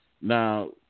Now